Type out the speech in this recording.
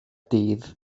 dydd